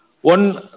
One